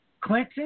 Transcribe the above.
Clinton